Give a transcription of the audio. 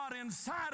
inside